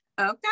Okay